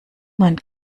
man